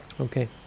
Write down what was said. Okay